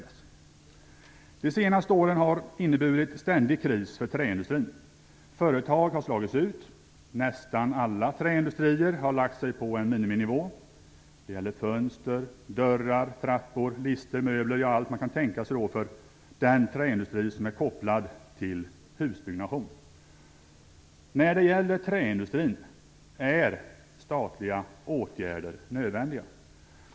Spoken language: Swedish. De senaste åren har inneburit ständig kris för träindustrin. Företag har slagits ut, nästan alla träindustrier har lagt sig på en miniminivå. Det gäller fönster, dörrar, trappor, lister, möbler, ja allt man kan tänka sig för den träindustri som är kopplad till husbyggnation. När det gäller träindustrin är statliga åtgärder nödvändiga.